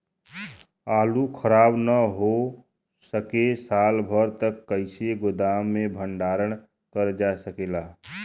आलू खराब न हो सके साल भर तक कइसे गोदाम मे भण्डारण कर जा सकेला?